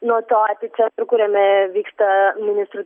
nuo to epice kuriame vyksta ministrų